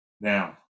Now